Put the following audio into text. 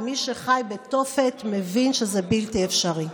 מי שחי בתופת מבין שזה בלתי אפשרי.